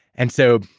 and so,